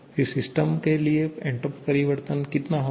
फिर सिस्टम के लिए एंट्रॉपी परिवर्तन कितना होगा